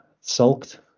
Sulked